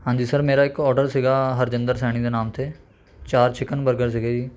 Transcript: ਹਾਂਜੀ ਸਰ ਮੇਰਾ ਇੱਕ ਓਡਰ ਸੀਗਾ ਹਰਜਿੰਦਰ ਸੈਣੀ ਦੇ ਨਾਮ 'ਤੇ ਚਾਰ ਚਿਕਨ ਬਰਗਰ ਸੀਗੇ ਜੀ